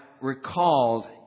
recalled